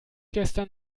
gestern